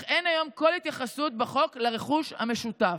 אך אין היום כל התייחסות בחוק לרכוש המשותף,